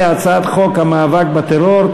והצעת חוק המאבק בטרור,